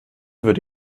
würde